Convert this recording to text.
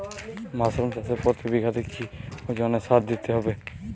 Mushroom চাষে প্রতি বিঘাতে কি ওজনে সার দিতে হবে?